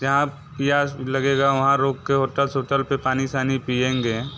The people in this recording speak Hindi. जहाँ प्यास लगेगा वहाँ रोक के होटल सोटल पर पानी सानी पिएंगे